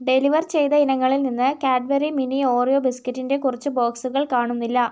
deliver ചെയ്ത ഇനങ്ങളിൽ നിന്ന് കാഡ്ബറി മിനി ഓറിയോ ബിസ്കറ്റിൻ്റെ കുറച്ചു ബോക്സുകൾ കാണുന്നില്ല